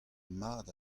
mat